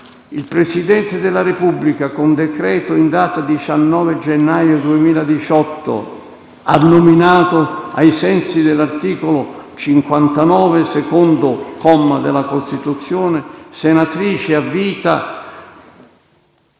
Il Presidente della Repubblica, con decreto in data 19 gennaio 2018, ha nominato, ai sensi dell'articolo 59, secondo comma, della Costituzione, senatrice a vita